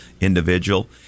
individual